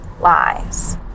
lies